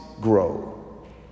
grow